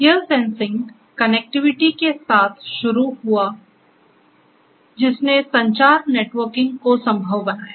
यह sensing connectivity के साथ शुरू हुआ जिसने संचार नेटवर्किंग को संभव बनाया